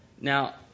Now